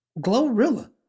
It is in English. Glorilla